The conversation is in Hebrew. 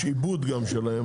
גם יש עיבוד שלהם.